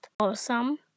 awesome